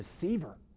deceiver